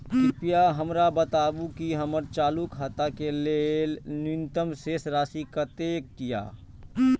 कृपया हमरा बताबू कि हमर चालू खाता के लेल न्यूनतम शेष राशि कतेक या